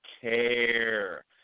care